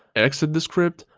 exit the script,